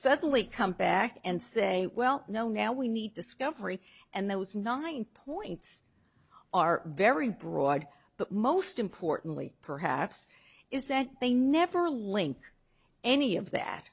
certainly come back and say well no now we need discovery and that was not mine points are very broad but most importantly perhaps is that they never link any of that